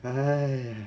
!hais!